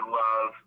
love